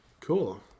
Cool